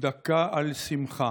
דקה על שמחה.